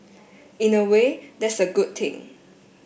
in a way that's a good thing